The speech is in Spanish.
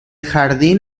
jardín